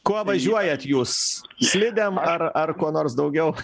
kuo važiuojat jūs slidėm ar ar kuo nors daugiau